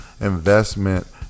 investment